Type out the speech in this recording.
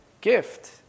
gift